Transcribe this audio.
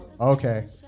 Okay